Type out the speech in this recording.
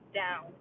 down